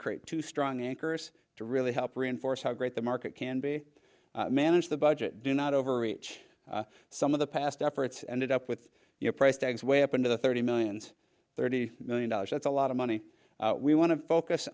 create two strong anchors to really help reinforce how great the market can be manage the budget do not overreach some of the past efforts ended up with your price tags way up into the thirty millions thirty million dollars that's a lot of money we want to focus